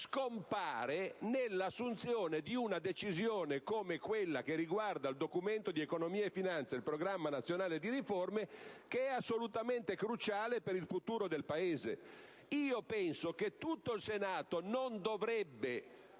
scompaia nell'assunzione di una decisione, come quella riguardante il Documento di economia e finanza e il Programma nazionale di riforma, assolutamente cruciale per il futuro del Paese. Penso che tutto il Senato non dovrebbe